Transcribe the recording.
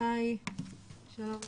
שלום לכולם,